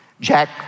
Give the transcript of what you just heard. Jack